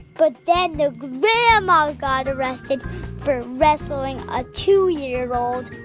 but then, the grandma got arrested for wrestling a two year old.